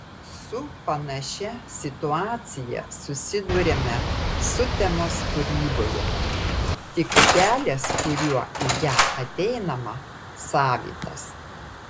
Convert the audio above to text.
su panašia situacija susiduriame sutemos kūryboje tik kelias kuriuo į ją ateinama savitas